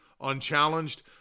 unchallenged